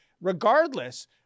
Regardless